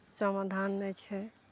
समाधान नहि छै